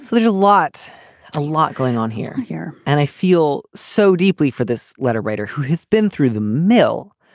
so there's a lot a lot going on here here. and i feel so deeply for this letter writer who has been through the mill